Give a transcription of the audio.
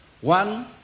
One